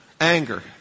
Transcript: Anger